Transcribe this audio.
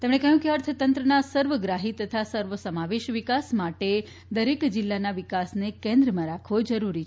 તેમણે કહ્યું કે અર્થતંત્રના સર્વગ્રાહી તથા સર્વસમાવેશ વિકાસ માટે દરેક જિલ્લાના વિકાસને કેન્દ્રમાં રાખવો જરૂરી છે